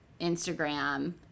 Instagram